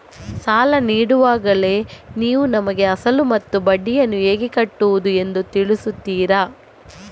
ಸಾಲ ನೀಡುವಾಗಲೇ ನೀವು ನಮಗೆ ಅಸಲು ಮತ್ತು ಬಡ್ಡಿಯನ್ನು ಹೇಗೆ ಕಟ್ಟುವುದು ಎಂದು ತಿಳಿಸುತ್ತೀರಾ?